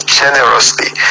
generously